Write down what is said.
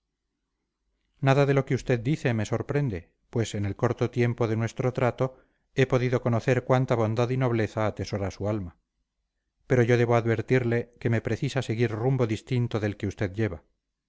nada de lo que usted dice me sorprende pues en el corto tiempo de nuestro trato he podido conocer cuánta bondad y nobleza atesora su alma pero yo debo advertirle que me precisa seguir rumbo distinto del que usted lleva